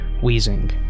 wheezing